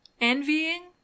Envying